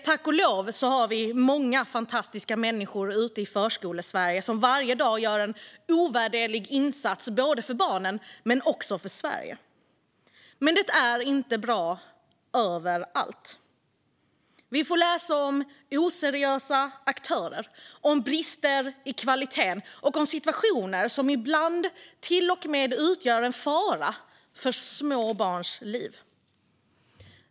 Tack och lov har vi många fantastiska människor ute i Förskolesverige som varje dag gör en ovärderlig insats både för barnen och för Sverige. Det är dock inte bra överallt. Vi får läsa om oseriösa aktörer, om brister i kvaliteten och om situationer som ibland till och med utgör en fara för små barns liv.